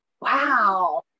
wow